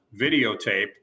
videotape